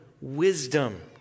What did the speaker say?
wisdom